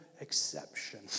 exception